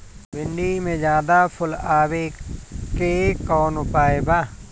भिन्डी में ज्यादा फुल आवे के कौन उपाय बा?